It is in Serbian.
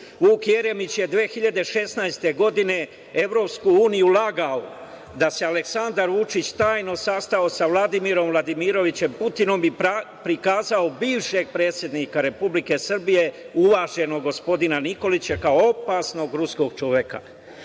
Vuk Jeremić je 2016. godine EU lagao da se Aleksandar Vučić tajno sastao sa Vladimirom Vladimirovičem Putinom i prikazao bivšeg predsednika Republike Srbije uvaženog gospodina Nikolića kao opasnog Ruskog čoveka.